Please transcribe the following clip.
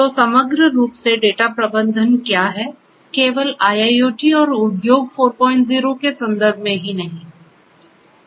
तोसमग्र रूप से डेटा प्रबंधन क्या है केवल IIoT और उद्योग 40 के संदर्भ में ही नहीं